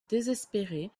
désespéré